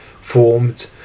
formed